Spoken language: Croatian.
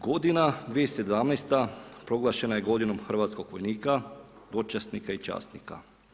Godina 2017. proglašena je godinom hrvatskog vojnika, dočasnika i časnika.